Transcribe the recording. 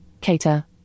Cater